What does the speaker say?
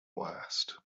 last